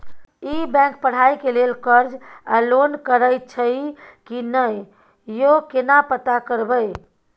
ई bank पढ़ाई के लेल कर्ज आ लोन करैछई की नय, यो केना पता करबै?